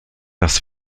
das